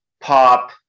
pop